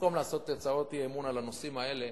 במקום לעשות הצעות אי-אמון על הנושאים האלה,